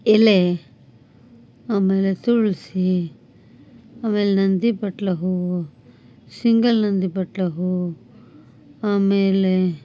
ಎಲೆ ಆಮೇಲೆ ತುಳಸಿ ಆಮೇಲೆ ನಂದಿ ಬಟ್ಲು ಹೂ ಸಿಂಗಲ್ ನಂದಿ ಬಟ್ಲು ಹೂ ಆಮೇಲೆ